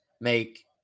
make